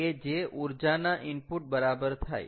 કે જે ઊર્જાના ઈનપુટ બરાબર થાય